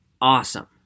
awesome